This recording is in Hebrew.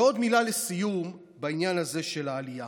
ועוד מילה לסיום בעניין הזה של העלייה: